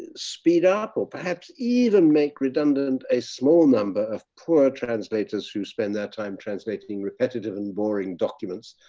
speed up or perhaps even make redundant a small number of poor translators who spend there time translating repetitive and boring documents,